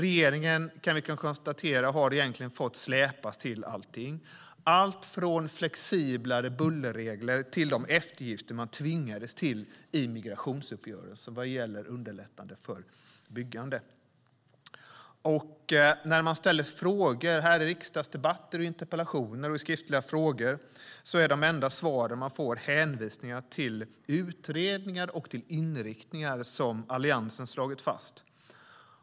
Vi kan konstatera att regeringen egentligen har fått släpas till allting, från flexiblare bullerregler till de eftergifter som man tvingades till i migrationsuppgörelsen, vad gäller underlättande för byggande. När man ställer frågor i riksdagsdebatter, interpellationer och skriftliga frågor är de enda svar som man får hänvisningar till utredningar och inriktningar som Alliansen har slagit fast.